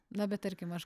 na bet tarkim aš